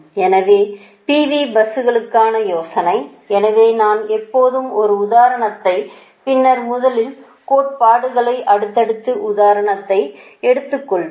எனவே இது P V பஸ்களுக்கான யோசனை எனவே நான் எப்போது ஒரு உதாரணத்தை பின்னர் முதலில் கோட்பாடுகளை அடுத்தது உதாரணத்தை எடுத்துக்கொள்வேன்